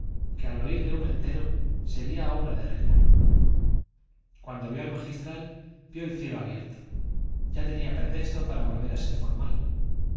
que oírle uno entero sería obra de regla cuando vio al magistral vio el cielo abierto ya tenía pretexto para volver a ser formal